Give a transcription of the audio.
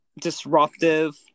disruptive